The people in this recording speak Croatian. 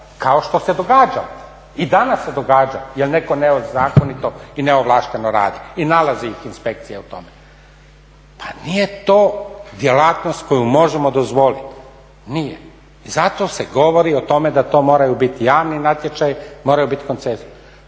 Kao što se događalo i danas se događa jel netko nezakonito i neovlašteno radi. I nalazi ih inspekcija u tome. Pa nije to djelatnost koju možemo dozvoliti. Nije. I zato se govori o tome da to moraju biti javni natječaji, moraju biti …/Govornik